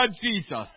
Jesus